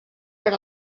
per